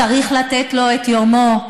צריך לתת לו את יומו.